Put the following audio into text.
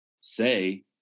say